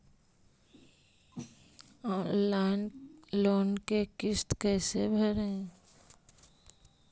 Online loan के किस्त कैसे भरे?